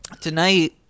Tonight